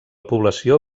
població